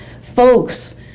folks